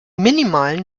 minimalen